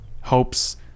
hopes